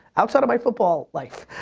outside of my football life.